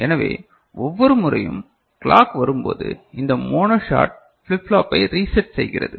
எனவே ஒவ்வொரு முறையும் கிளாக் வரும்போதும் இந்த மோனோ ஷாட் ஃபிளிப் ஃப்ளாப்பை ரீசேட் செய்கிறது